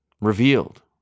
revealed